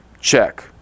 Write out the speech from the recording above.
Check